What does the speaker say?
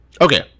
okay